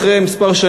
אחרי שנים מספר,